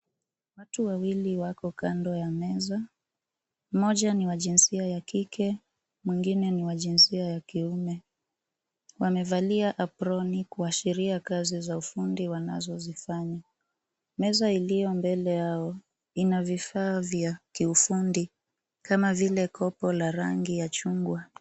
Watu wawili wako kando ya meza mmoja ni wajinsia ya kike mwingine ni wa jinsia ya kiume ,wamevali aproni kuashiria kazi za ufundi wanazo zifanya. Meza iliyo mbele yao ina vifaa vya kiufundi kama vile kopo la rangi ya chungwa.